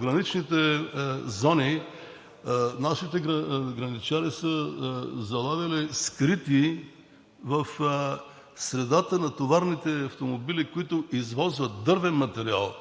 граничните зони нашите граничари са залавяли скрити в средата на товарните автомобили, които извозват дървен материал,